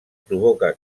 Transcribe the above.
provoca